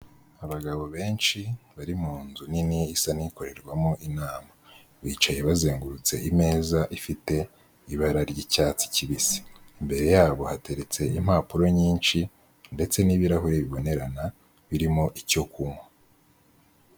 Abagabo benshi bari mu nzu nini isa n'ikorerwamo inama, bicaye bazengurutse imeza ifite ibara ry'icyatsi kibisi, imbere yabo hateretse impapuro nyinshi ndetse n'ibirahuri bibonerana birimo icyo kunywa.